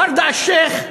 ורדה אלשיך,